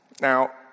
Now